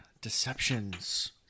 Deceptions